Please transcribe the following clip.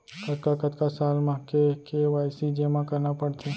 कतका कतका साल म के के.वाई.सी जेमा करना पड़थे?